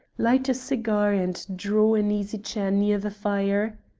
light a cigar, and draw an easy chair near the fire?